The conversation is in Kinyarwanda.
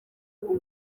ubu